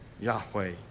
Yahweh